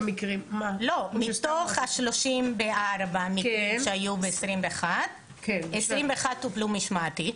מתוך ה-34 שהיו ב-2021, 21 טופלו משמעתית.